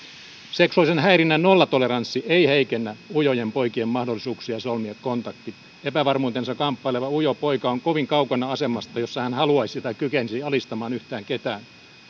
seksuaalisen häirinnän nollatoleranssi ei heikennä ujojen poikien mahdollisuuksia solmia kontaktia epävarmuutensa kanssa kamppaileva ujo poika on kovin kaukana asemasta jossa hän haluaisi tai kykenisi alistamaan yhtään ketään